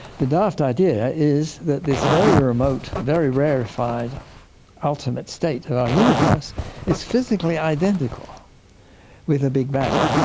the daft idea is that this very remote, very rarefied ultimate state of our universe is physically identical with a big bang.